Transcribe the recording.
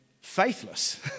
faithless